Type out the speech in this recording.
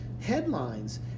headlines